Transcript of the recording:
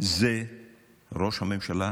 זה ראש הממשלה